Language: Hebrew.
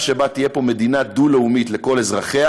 שבו תהיה פה מדינה דו-לאומית לכל אזרחיה,